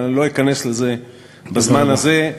אבל אני לא אכנס לזה בזמן הזה.